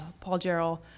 paul jarrell,